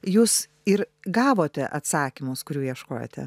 jūs ir gavote atsakymus kurių ieškojote